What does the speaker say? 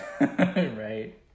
Right